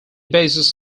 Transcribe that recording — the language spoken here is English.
basis